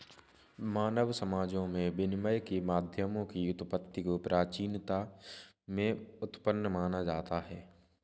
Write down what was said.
मानव समाजों में विनिमय के माध्यमों की उत्पत्ति को प्राचीनता में उत्पन्न माना जाता है